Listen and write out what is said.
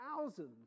thousands